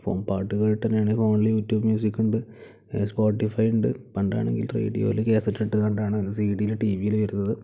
അപ്പം പാട്ട് കേട്ടിട്ടാണെങ്കിൽ ഫോണിൽ യൂട്യൂബ് മ്യൂസിക്കുണ്ട് സ്പോട്ടിഫൈവുണ്ട് പണ്ടാണെങ്കിൽ റോഡിയോയിൽ കാസറ്റിട്ട് കണ്ടാണ് ഒരു സി ഡിയിൽ ടി വിയിൽ വരുന്നത്